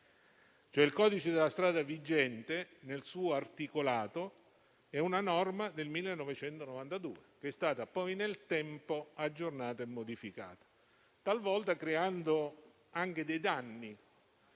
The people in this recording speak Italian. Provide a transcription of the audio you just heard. il codice della strada vigente, nel suo articolato, è una normativa del 1992, che poi nel tempo è stata aggiornata e modificata, talvolta creando anche dei danni.